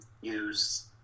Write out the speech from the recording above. use